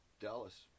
Dallas